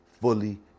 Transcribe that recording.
fully